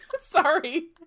sorry